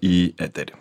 į eterį